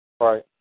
Right